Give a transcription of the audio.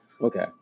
Okay